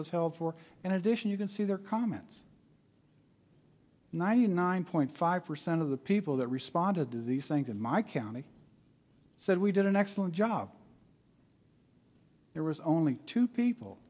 was held for in addition you can see their comments ninety nine point five percent of the people that responded to these things in my county said we did an excellent job there was only two people